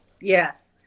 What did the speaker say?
Yes